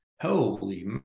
Holy